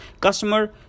Customer